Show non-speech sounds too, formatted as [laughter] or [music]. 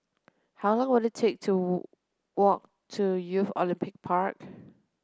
how long will it take to [unintelligible] walk to Youth Olympic Park